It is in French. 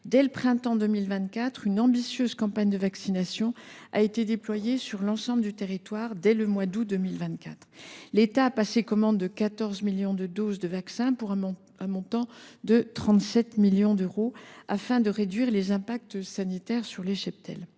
Dès le printemps 2024, une ambitieuse campagne de vaccination a été déployée sur l’ensemble du territoire, effective à partir du mois d’août 2024. L’État a passé commande de 14 millions de doses de vaccins, pour un montant de 37 millions d’euros, afin de réduire les conséquences sanitaires sur les cheptels.